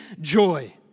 joy